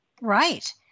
Right